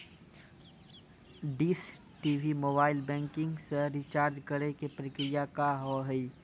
Dish TV mobile banking से recharge करे के प्रक्रिया का हाव हई?